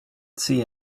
see